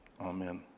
Amen